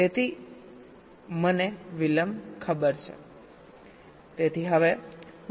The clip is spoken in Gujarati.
તેથી મને વિલંબ ખબર છે